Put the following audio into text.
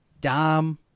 dom